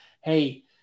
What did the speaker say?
Hey